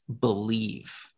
believe